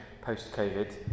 post-covid